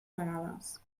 vegades